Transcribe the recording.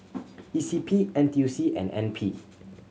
E C P N T U C and N P